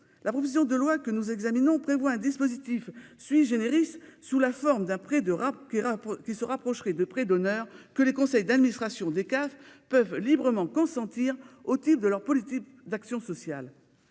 La proposition de loi que nous examinons prévoit un dispositif, sous la forme d'un prêt qui se rapprocherait des prêts d'honneur que les conseils d'administration des CAF peuvent librement consentir au titre de leur politique d'action sociale.